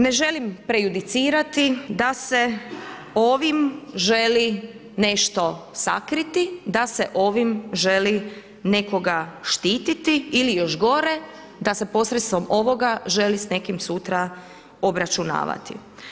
Ne želim prejudicirati da se ovim želi nešto sakrit, da se ovim želi nekoga štiti, ili još gore, da se posredstvom, želi s nekim sutra obračunavati.